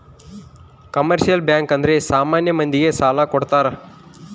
commercial bank ಅಂದ್ರೆ ಸಾಮಾನ್ಯ ಮಂದಿ ಗೆ ಸಾಲ ಕೊಡ್ತಾರ